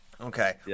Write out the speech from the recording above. Okay